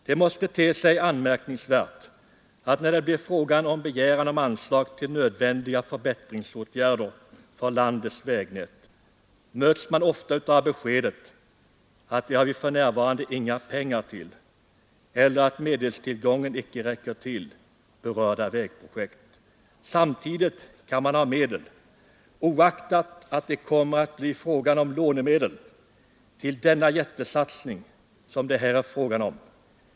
Det måste te sig anmärkningsvärt att när det blir fråga om anslag till nödvändiga förbättringsåtgärder för landets vägnät möts man ofta av beskedet att det har vi för närvarande inga pengar till; medelstillgången räcker icke till berörda vägprojekt. Samtidigt kan medel avsättas — oaktat att det kommer att bli fråga om lånemedel — till den jättesatsning som det här är fråga om.